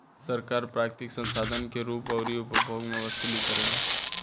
सरकार प्राकृतिक संसाधन के ऊपर अउरी उपभोग मे वसूली करेला